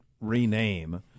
rename